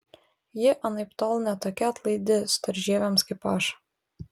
ji anaiptol ne tokia atlaidi storžieviams kaip aš